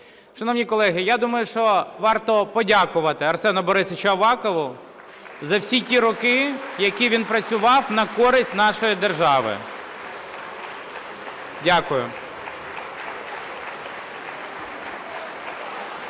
Шановні колеги, я думаю, що варто подякувати Арсену Борисовичу Авакову за всі ті роки, які він працював на користь нашої держави. Дякую.